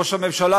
ראש הממשלה,